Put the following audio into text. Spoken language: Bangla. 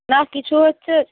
না কিছু হচ্ছে